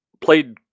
played